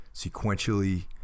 sequentially